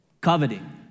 Coveting